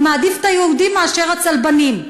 אני מעדיף את היהודים מאשר הצלבנים,